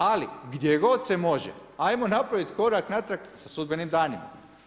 Ali gdje god se može ajmo napraviti korak natrag sa sudbenim danima.